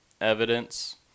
evidence